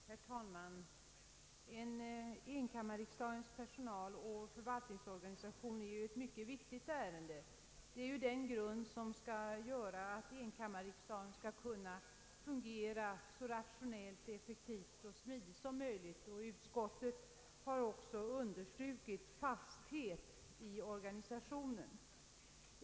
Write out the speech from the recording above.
Herr talman! Frågan om enkammarriksdagens förvaltningsoch personalorganisation är ett mycket viktigt ärende. Det är grunden för att enkammarriksdagen skall fungera så rationellt, effektivt och smidigt som möjligt. Utskottet har också understrukit vikten av fasthet i organisationen.